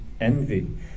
envy